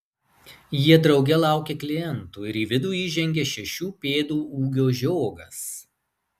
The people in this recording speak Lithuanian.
jie drauge laukia klientų ir į vidų įžengia šešių pėdų ūgio žiogas